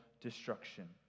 destruction